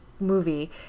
movie